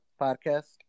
podcast